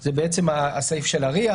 זה הסעיף של הרי"ע,